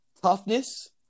toughness